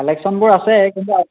কালেকশ্যনবোৰ আছে কিন্তু